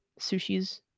sushis